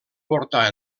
portar